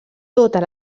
totes